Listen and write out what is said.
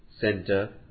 Center